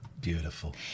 Beautiful